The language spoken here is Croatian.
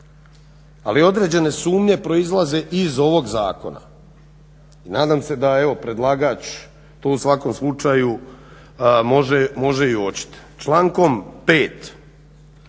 Ali određene sumnje proizlaze iz ovog zakona. Nadam se da predlagač to u svakom slučaju može uočiti. Člankom